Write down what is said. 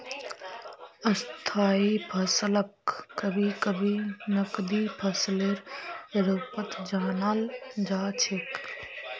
स्थायी फसलक कभी कभी नकदी फसलेर रूपत जानाल जा छेक